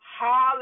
hallelujah